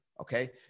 okay